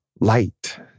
light